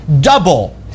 Double